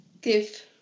give